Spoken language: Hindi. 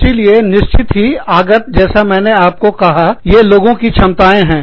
इसीलिए निश्चित ही आगत जैसा मैंने आपको कहा ये लोगों की क्षमताएं हैं